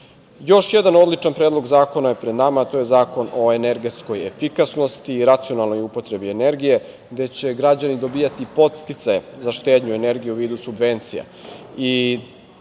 jedan odličan predlog zakona je pred nama, a to je Zakon o energetskoj efikasnosti i racionalnoj upotrebi energije, gde će građani dobijati podsticaje za štednju energije u vidu subvencija.